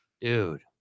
Dude